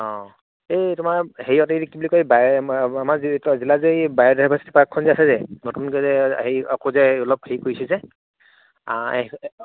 অ' এই তোমাৰ হেৰিয়ত এই কি বুলি কয় বাই আমাৰ জিলাত যে এই বায়ডাইভাৰ্চিটি পাৰ্কখন যে আছে যে নতুনকৈ যে হেৰি আকৌ যে অলপ হেৰি কৰিছে যে